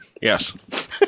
yes